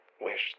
wish